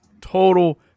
total